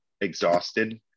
exhausted